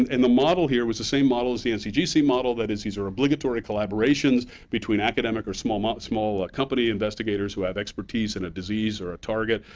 and the model here was the same model as the ncgc model, that is, these are obligatory collaborations between academic or small ah small ah company investigators who have expertise in a disease or a target,